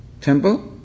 temple